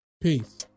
Peace